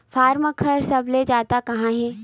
form घर सबले जादा कहां हे